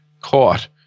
caught